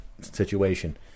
situation